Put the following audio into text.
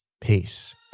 Peace